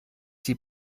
die